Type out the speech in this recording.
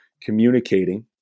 communicating